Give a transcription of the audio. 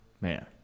Man